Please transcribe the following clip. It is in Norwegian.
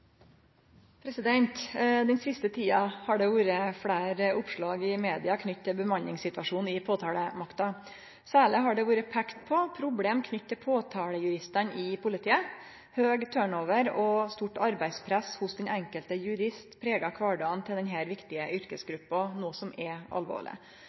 bemanningssituasjonen i påtalemakta. Særleg har det vorte peikt på problem knytte til påtalejuristane i politiet. Høg turnover og stort arbeidspress hos den enkelte jurist pregar kvardagen til denne viktige yrkesgruppa, noko som er alvorleg.